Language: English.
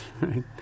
Right